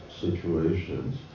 situations